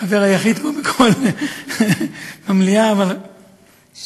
החבר היחיד פה במליאה, אבל